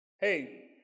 Hey